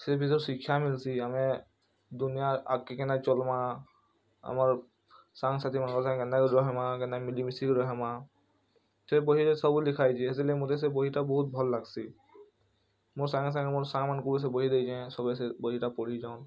ସେ ଭିତ୍ରୁ ଶିକ୍ଷା ମିଲ୍ସି ଆମେ ଦୁନିଆ ଆଗ୍କେ କେନ୍ତା ଚଲ୍ମା ଆମର୍ ସାଙ୍ଗ୍ ସାଥିମାନ୍ଙ୍କର୍ ସାଙ୍ଗେ କେନ୍ତା କରି ରହେମା କେନ୍ତା କରି ମିଲିମିଶି କି ରହେମା ସେ ବହିରେ ସବୁ ଲେଖା ହେଇଛେ ହେଥିର୍ ଲାଗି ମତେ ସେ ବହିଟା ବହୁତ୍ ଭଲ୍ ଲାଗ୍ସି ମୋର୍ ସାଙ୍ଗେ ସାଙ୍ଗେ ମୋର୍ ସାଙ୍ଗମାନଙ୍କୁ ବି ସେ ବହି ଦେଇଚେଁ ସଭେ ସେ ବହିଟା ପଢ଼ିଛନ୍